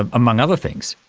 and among other things.